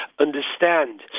Understand